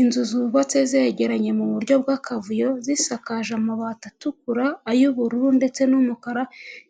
Inzu zubatse zegeranye mu buryo bw'akavuyo, zisakaje amabati atukura, ay'ubururu ndetse n'umukara,